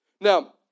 Now